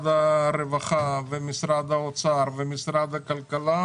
67 ומעלה זה --- אם תיתנו מענקים,